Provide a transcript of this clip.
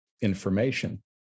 information